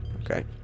Okay